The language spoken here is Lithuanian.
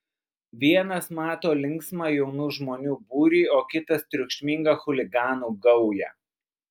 vienas mato linksmą jaunų žmonių būrį o kitas triukšmingą chuliganų gaują